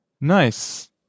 Nice